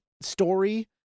story